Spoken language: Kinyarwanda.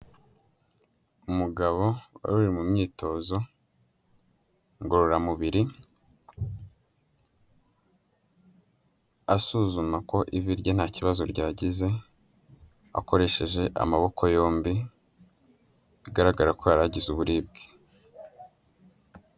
Umugabo waru uri mu myitozo ngororamubiri asuzuma ko ivi rye nta kibazo ryagize, akoresheje amaboko yombi, bigaragara ko yari agize uburibwe.